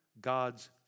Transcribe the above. God's